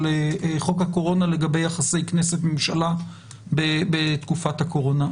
חוק הקורונה לגבי יחסי כנסת-ממשלה בתקופת הקורונה.